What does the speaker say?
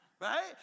right